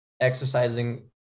exercising